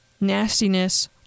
nastiness